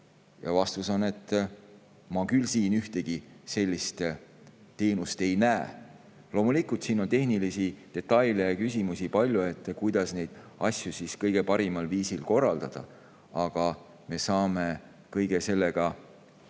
Vastus on, et ma küll siin ühtegi sellist teenust ei näe. Loomulikult, siin on palju tehnilisi detaile ja küsimusi, kuidas neid asju kõige paremal viisil korraldada. Aga me saame kõige sellega